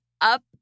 up